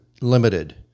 limited